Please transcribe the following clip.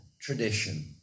tradition